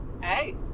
Hey